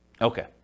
Okay